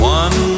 one